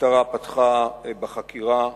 המשטרה פתחה בחקירה.